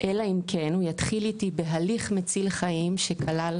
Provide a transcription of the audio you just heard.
אלא אם כן הוא יתחיל איתי בהליך מציל חיים שכלל